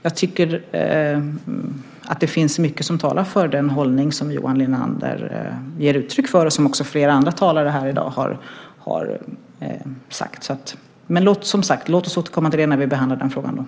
Jag tycker att det finns mycket som talar för den hållning som Johan Linander ger uttryck för och som också flera andra talare här i dag har gett uttryck för. Men, som sagt, låt oss återkomma till detta när vi senare behandlar den frågan.